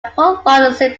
prolonged